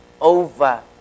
over